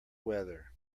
weather